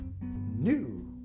new